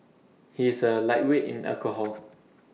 he is A lightweight in alcohol